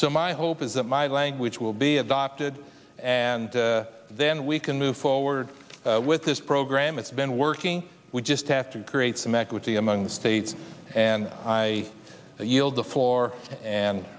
so my hope is that my language will be adopted and then we can move forward with this program it's been working we just have to create some equity among the states and i yield the floor and